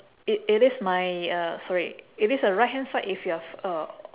it it is my uh sorry it is a right hand side if you're f~ uh